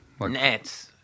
Nets